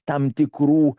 tam tikrų